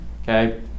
Okay